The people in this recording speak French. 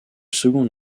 second